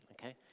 okay